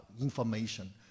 information